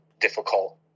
difficult